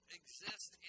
exist